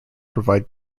provide